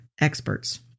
experts